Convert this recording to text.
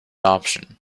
option